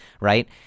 right